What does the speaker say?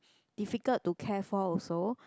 difficult to care for also